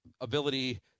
ability